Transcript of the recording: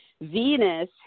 Venus